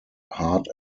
hard